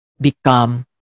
become